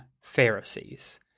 Pharisees